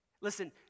Listen